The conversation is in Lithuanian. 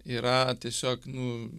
yra tiesiog nu